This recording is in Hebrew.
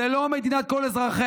זאת לא מדינת כל אזרחיה,